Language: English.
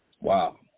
Wow